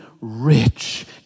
rich